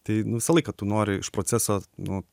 tai nu visą laiką tu nori iš proceso nu